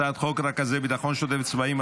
הצעת חוק רכזי ביטחון שוטף צבאיים,